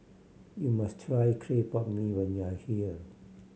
you must try clay pot mee when you are here